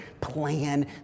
plan